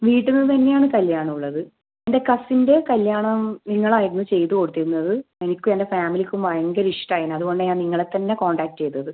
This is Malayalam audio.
വീട്ടിൽ നിന്ന് തന്നെയാണ് കല്ല്യാണം ഉള്ളത് എൻ്റെ കസിൻ്റെ കല്ല്യാണം നിങ്ങളായിരുന്നു ചെയ്തു കൊടുത്തിരുന്നത് എനിക്കും എൻ്റെ ഫാമിലിക്കും ഭയങ്കര ഇഷ്ടം ആയിന് അതുകൊണ്ടാണ് ഞാൻ നിങ്ങളെ തന്നെ കോൺടാക്ട് ചെയ്തത്